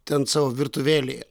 ten savo virtuvėlėje